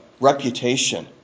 reputation